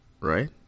right